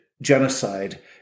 genocide